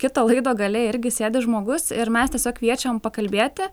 kito laido gale irgi sėdi žmogus ir mes tiesiog kviečiam pakalbėti